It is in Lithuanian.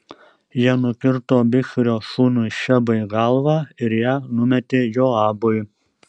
jie nukirto bichrio sūnui šebai galvą ir ją numetė joabui